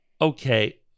okay